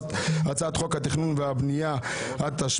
הצעת חוק התכנון והבנייה (תיקון מס' 141),